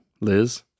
Liz